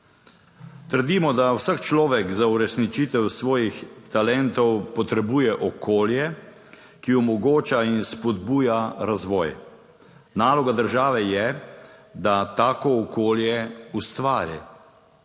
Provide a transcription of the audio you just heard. Trdimo, da vsak človek za uresničitev svojih talentov potrebuje okolje, ki omogoča in spodbuja razvoj. Naloga države je, da tako okolje ustvari.